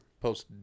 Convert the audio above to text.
Post